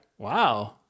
Wow